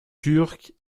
turc